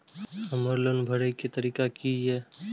हमर लोन भरय के तारीख की ये?